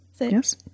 Yes